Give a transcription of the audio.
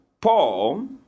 Paul